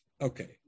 Okay